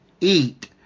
eat